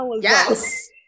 Yes